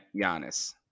Giannis